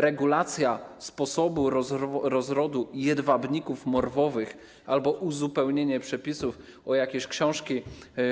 Regulacja sposobu rozrodu jedwabników morwowych albo uzupełnienie przepisów o jakieś książki